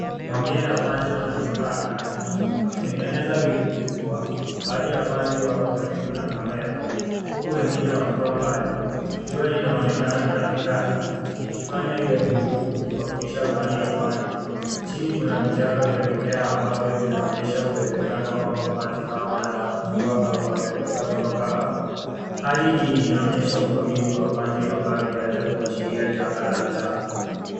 Mamia ya panzi wanaruka angani wakitengeneza wingu kubwa. Baadhi ya panzi wako karibu na kamera huku wengine wakiwa mbali. Jua linaonekana katikati likifanya iwe vigumu kutofautisha baadhi ya panzi. Chini kuna vichaka vya mimea ambavyo vinaonyesha uwezekano kwamba panzi hawa wanaatua au wameruka kutoka hapo. Hali hii inaonyesha uvamizi wa panzi ambayo inaweza kuashiria janga la njaa.